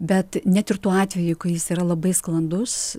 bet net ir tuo atveju kai jis yra labai sklandus